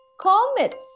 Comets